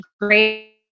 great